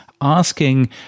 Asking